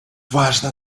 важно